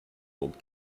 old